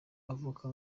avoka